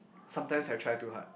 sometimes I try too hard